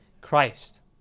Christ